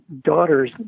daughters